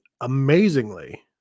amazingly